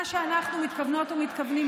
מה שאנחנו מתכוונות ומתכוונים,